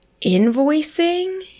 invoicing